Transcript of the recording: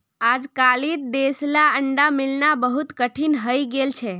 अजकालित देसला अंडा मिलना बहुत कठिन हइ गेल छ